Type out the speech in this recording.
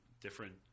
different